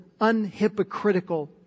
unhypocritical